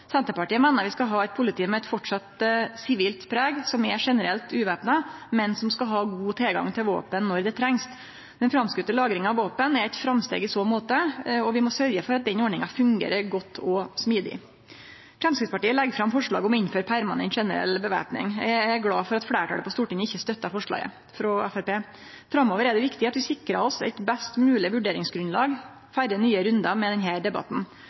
Senterpartiet meiner vi framleis skal ha eit politi med eit sivilt preg, som er generelt uvæpna, men som skal ha god tilgang til våpen når det trengst. Den framskotne lagringa av våpen er eit framsteg i så måte, og vi må sørgje for at den ordninga fungerer godt og smidig. Framstegspartiet legg fram eit forslag om å innføre permanent generell væpning. Eg er glad for at fleirtalet på Stortinget ikkje støttar dette forslaget frå Framstegspartiet. Framover er det viktig at vi sikrar oss eit best mogleg vurderingsgrunnlag før nye rundar med denne debatten.